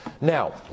Now